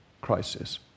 crisis